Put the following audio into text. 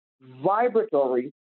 vibratory